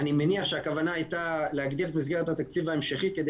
אני מניח שהכוונה הייתה להגדיל את מסגרת התקציב ההמשכי כדי